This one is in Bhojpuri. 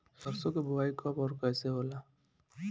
सरसो के बोआई कब और कैसे होला?